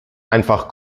einfach